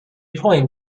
point